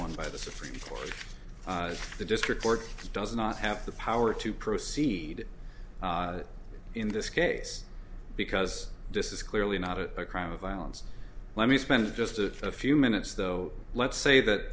one by the supreme court the district court does not have the power to proceed in this case because this is clearly not a crime of violence let me spend just a few minutes though let's say that